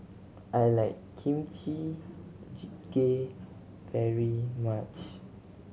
I like Kimchi Jjigae very much